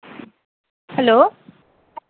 hello